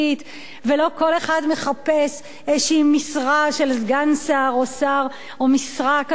ולא כל אחד מחפש איזו משרה של סגן שר או שר או משרה כזאת או אחרת.